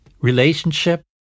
relationship